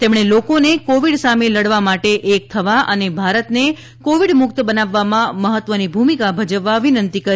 તેમણે લોકોને કોવિડ સામે લડવા માટે એક થવા અને ભારતને કોવિડ મુક્ત બનાવવામાં મહત્વની ભૂમિકા ભજવવા વિનંતી કરી